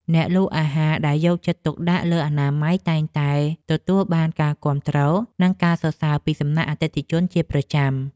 អ្នកលក់អាហារដែលយកចិត្តទុកដាក់លើអនាម័យតែងតែទទួលបានការគាំទ្រ និងការសរសើរពីសំណាក់អតិថិជនជាប្រចាំ។